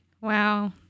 Wow